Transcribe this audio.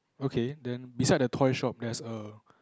okay then beside the toy shop there's a